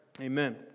Amen